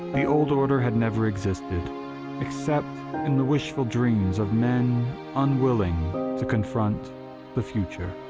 the old order had never existed except in the wishful dreams of men unwilling to confront the future.